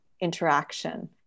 interaction